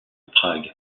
prague